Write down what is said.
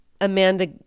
Amanda